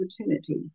opportunity